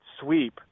sweep